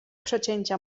przecięcia